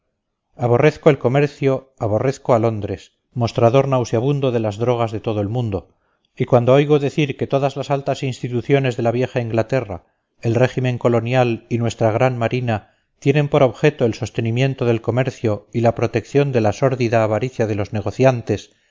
aborrezco el comercio aborrezco a londres mostrador nauseabundo de las drogas de todo el mundo y cuando oigo decir que todas las altas instituciones de la vieja inglaterra el régimen colonial y nuestra gran marina tienen por objeto el sostenimiento del comercio y la protección de la sórdida avaricia de los negociantes